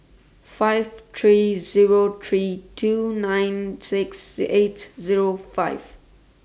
five three Zero three two nine six eight Zero five